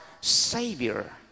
Savior